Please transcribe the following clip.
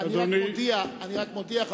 אני רק מודיע,